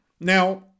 Now